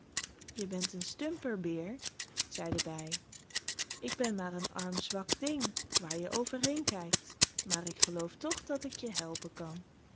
je bent een stumper beer zei de bij ik ben maar een arm zwak ding waar je overheên kijkt maar ik geloof toch dat ik je helpen kan